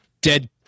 dead